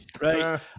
right